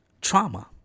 trauma